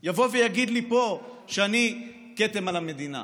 הוא יבוא ויגיד לי שאני כתם על המדינה.